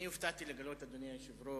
אני הופתעתי לגלות, אדוני היושב-ראש,